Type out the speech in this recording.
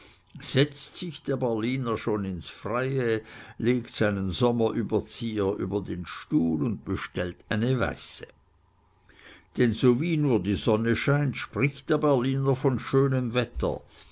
setzt sich der berliner schon ins freie legt seinen sommerüberzieher über den stuhl und bestellt eine weiße denn sowie nur die sonne scheint spricht der berliner von schönem wetter